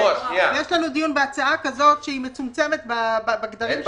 יש לנו דיון בהצעה כזאת שהיא מצומצמת בגדרים שלה.